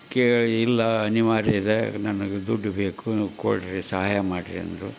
ಕೇಳಿ ಇಲ್ಲ ಅನಿವಾರ್ಯ ಇದೆ ನನಗೆ ದುಡ್ಡು ಬೇಕು ಕೊಡಿರಿ ಸಹಾಯ ಮಾಡಿರಿ ಅಂದರು